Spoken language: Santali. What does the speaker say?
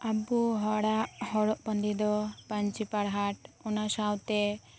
ᱟᱵᱚ ᱦᱚᱲᱟᱜ ᱦᱚᱨᱚᱜ ᱵᱟᱸᱫᱮ ᱫᱚ ᱯᱟᱹᱧᱪᱤ ᱯᱟᱨᱦᱟᱸᱲ ᱚᱱᱟ ᱥᱟᱶᱛᱮ